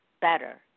better